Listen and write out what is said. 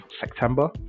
September